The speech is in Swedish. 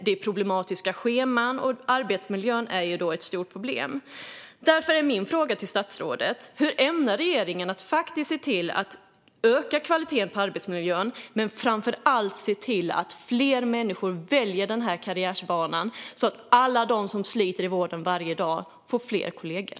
Det är problematiska scheman, och arbetsmiljön är ett stort problem. Därför är min fråga till statsrådet: Hur ämnar regeringen se till att öka kvaliteten på arbetsmiljön och framför allt se till att fler människor väljer den karriärbanan så att alla som sliter i vården varje dag får fler kollegor?